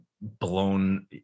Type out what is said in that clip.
blown